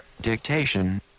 Dictation